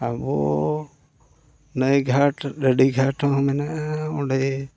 ᱟᱵᱚ ᱱᱟᱹᱭ ᱜᱷᱟᱴ ᱰᱟᱹᱰᱤ ᱜᱷᱟᱴ ᱦᱚᱸ ᱢᱮᱱᱟᱜᱼᱟ ᱚᱸᱰᱮ